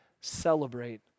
Celebrate